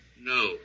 No